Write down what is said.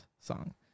song